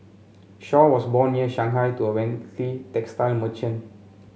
Shaw was born near Shanghai to a wealthy textile merchant